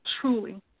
truly